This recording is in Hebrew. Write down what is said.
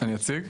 אני אציג?